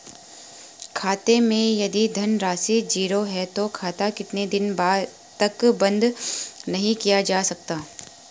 खाते मैं यदि धन राशि ज़ीरो है तो खाता कितने दिन तक बंद नहीं किया जा सकता?